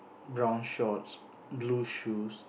brown shorts blue shoes